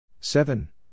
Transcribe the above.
Seven